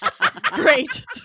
Great